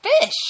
fish